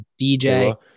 DJ